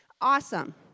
awesome